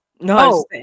No